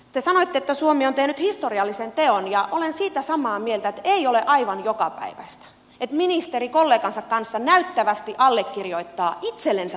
te sanoitte että suomi on tehnyt historiallisen teon ja olen siitä samaa mieltä että ei ole aivan jokapäiväistä että ministeri kollegansa kanssa näyttävästi allekirjoittaa itsellensä tulevan kirjeen